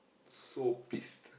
so pissed